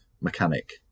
mechanic